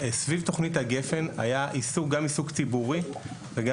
סביב תוכנית גפ"ן היה עיסוק ציבורי וגם